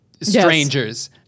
strangers